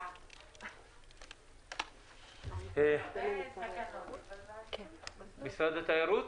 משרד התיירות?